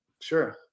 Sure